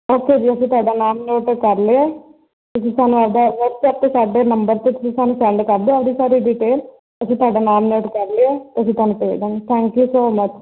okay ji ਅਸੀਂ ਤੁਹਾਡਾ ਨਾਮ ਨੋਟ ਕਰ ਲਿਆ ਤੁਸੀਂ ਸਾਨੂੰ ਆਪਦਾ ਵਟਸਅਪ 'ਤੇ ਸਾਡੇ ਨੰਬਰ 'ਤੇ ਤੁਸੀਂ ਸਾਨੂੰ ਸੈਂਡ ਕਰ ਦਿਓ ਆਪਦੇ ਸਾਰੇ ਡਿਟੇਲ ਅਸੀਂ ਤੁਹਾਡਾ ਨਾਮ ਨੋਟ ਕਰ ਲਿਆ ਅਸੀਂ ਤੁਹਾਨੂੰ ਭੇਜ ਦੇਵਾਂਗੇ ਥੈਂਕ ਯੂ ਸੋ ਮੱਚ